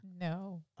No